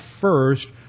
first